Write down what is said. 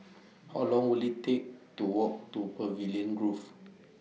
How Long Will IT Take to Walk to Pavilion Grove